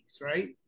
Right